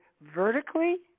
vertically